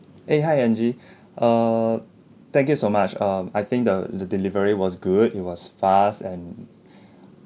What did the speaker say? eh hi angie err thank you so much um I think the the delivery was good it was fast and